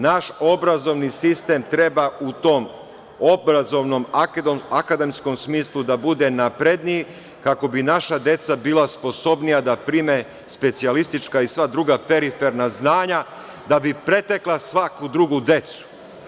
Naš obrazovni sistem treba u tom obrazovnom akademskom smislu da bude napredniji kako bi naša deca bila sposobnija da prime specijalistička i sva druga periferna znanja da bi pretekla svu drugu decu.